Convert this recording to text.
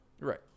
Right